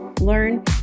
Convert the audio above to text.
learn